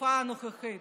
לתקופה הנוכחית.